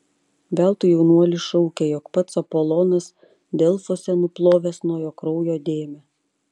veltui jaunuolis šaukė jog pats apolonas delfuose nuplovęs nuo jo kraujo dėmę